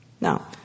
Now